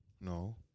No